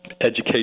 education